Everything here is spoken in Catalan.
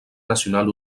nacional